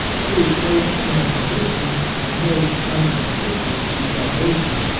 were we placed in a position the most unpropitious to salvation,